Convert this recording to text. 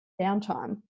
downtime